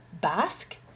Basque